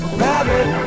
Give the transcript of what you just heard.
rabbit